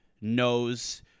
knows